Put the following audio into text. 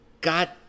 God